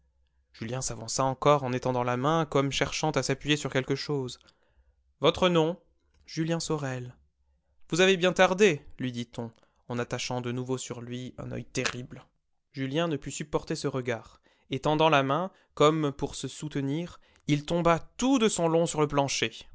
julien s'avança encore en étendant la main comme cherchant à s'appuyer sur quelque chose votre nom julien sorel vous avez bien tardé lui dit-on en attachant de nouveau sur lui un oeil terrible julien ne put supporter ce regard étendant la main comme pour se soutenir il tomba tout de son long sur le plancher